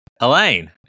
Elaine